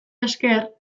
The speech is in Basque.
esker